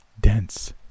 dense